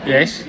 Yes